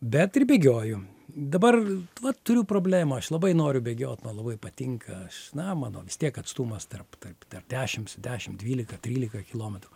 bet ir bėgioju dabar va turiu problemą aš labai noriu bėgiot man labai patinka aš na mano vis tiek atstumas tarp tarp tarp dešims dešimt dvylika trylika kilometrų